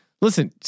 Listen